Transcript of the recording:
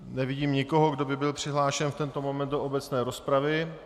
Nevidím nikoho, kdo by byl přihlášen v tento moment do obecné rozpravy.